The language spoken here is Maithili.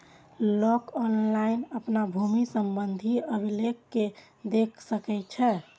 लोक ऑनलाइन अपन भूमि संबंधी अभिलेख कें देख सकै छै